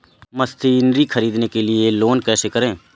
Machinery ख़रीदने के लिए लोन कैसे करें?